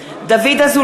(קוראת בשמות חברי הכנסת) דוד אזולאי,